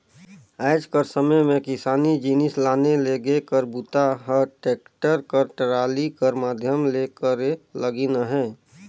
आएज कर समे मे किसानी जिनिस लाने लेगे कर बूता ह टेक्टर कर टराली कर माध्यम ले करे लगिन अहे